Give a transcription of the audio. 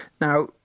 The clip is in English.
Now